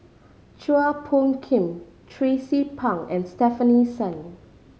Chua Phung Kim Tracie Pang and Stefanie Sun